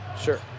Sure